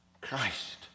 Christ